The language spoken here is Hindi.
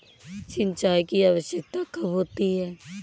सिंचाई की आवश्यकता कब होती है?